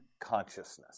consciousness